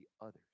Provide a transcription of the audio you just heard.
others